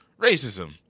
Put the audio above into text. racism